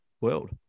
world